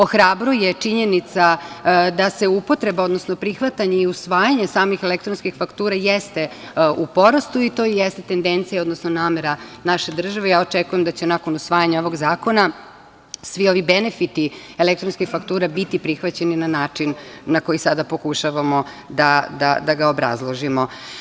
Ohrabruje činjenica da se upotreba, odnosno prihvatanje i usvajanje samih elektronskih faktura jeste u porastu i to jeste tendencija, odnosno namera naše države i očekujem da će, nakon usvajanja ovog zakona, svi ovi benefiti elektronske fakture biti prihvaćeni na način na koji sada pokušavamo da ga obrazložimo.